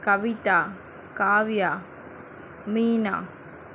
Kavitha Kavya Meena